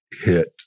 hit